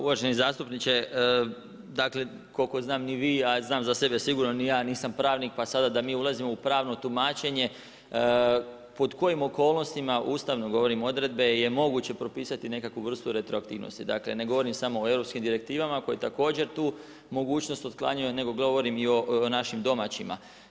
Uvaženi zastupniče, dakle koliko znam ni vi, a znam za sebe sigurno ni ja nisam pravnik pa sada da mi ulazimo u pravno tumačenje pod kojim okolnostima, ustavno govorim odredbe, je moguće propisati nekakvu vrstu retroaktivnosti, dakle ne govorim samo o europskim direktivama koje također tu mogućnost otklanjaju, nego govorim i o našim domaćima.